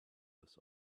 this